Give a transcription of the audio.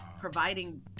providing